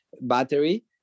battery